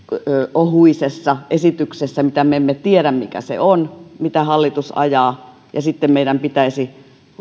ohuisessa esityksessä mistä me emme tiedä mikä se on mitä hallitus ajaa ja sitten meidän pitäisi